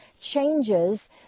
changes